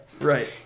Right